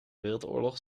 wereldoorlog